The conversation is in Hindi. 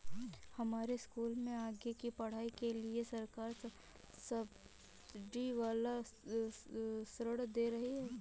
हमारे स्कूल में आगे की पढ़ाई के लिए सरकार सब्सिडी वाला ऋण दे रही है